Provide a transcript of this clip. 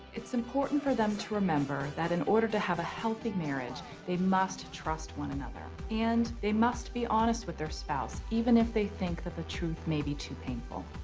it's important for them to remember that in order to have a healthy marriage, they must trust one another and they must be honest with their spouse even if they think that the truth may be too painful.